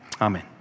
Amen